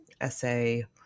essay